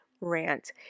Rant